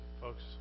folks